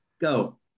go